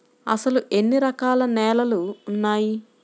అసలు ఎన్ని రకాల నేలలు వున్నాయి?